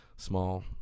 Small